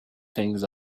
things